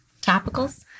topicals